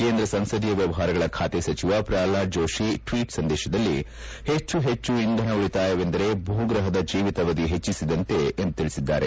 ಕೇಂದ್ರ ಸಂಸದೀಯ ವ್ಯವಹಾರಗಳ ಖಾತೆ ಸಚಿವ ಪ್ರಲ್ವಾದ್ ಜೋಷಿ ಟ್ವೀಟ್ ಸಂದೇಶದಲ್ಲಿ ಹೆಚ್ಚು ಹೆಚ್ಚು ಇಂಧನ ಉಳಿತಾಯವೆಂದರೆ ಭೂಗ್ರಹದ ಜೀವಿತಾವಧಿ ಹೆಚ್ಚಿಸಿದಂತೆ ಎಂದು ತಿಳಿಸಿದ್ದಾರೆ